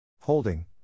Holding